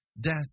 Death